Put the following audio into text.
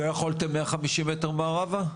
לא יכולתם מאה חמישים מטר מערבה?